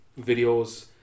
videos